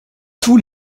tous